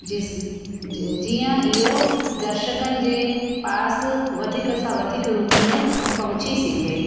जिस जीअं इहो दर्शकनि जे पास वधीक सां वधीक रूप में पहुची सघे